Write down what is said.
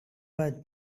was